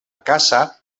casa